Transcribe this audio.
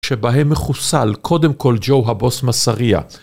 יחי אדוננו מורנו ורבנו מלך המשיח לעולם ועד